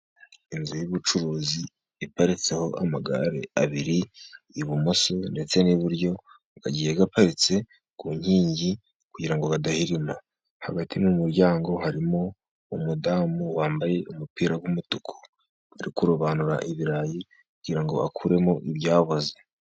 Inzu y'ubucuruzi iparitseho amagare abiri, ibumoso ndetse n'iburyo, agiye aparitse ku nkingi, kugira ngo badahririma, hagati mu muryango, harimo umudamu wambaye umupira w'umutuku, uri kurobanura ibirayi, kugira ngo bakuremo ibyaboze.